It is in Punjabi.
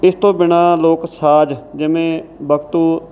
ਇਸ ਤੋਂ ਬਿਨਾਂ ਲੋਕ ਸਾਜ਼ ਜਿਵੇਂ ਬੁਗਚੂ